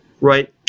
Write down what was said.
right